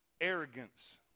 Arrogance